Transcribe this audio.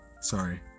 sorry